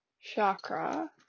chakra